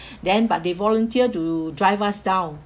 then but they volunteer to drive us down